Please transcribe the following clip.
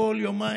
כל יומיים,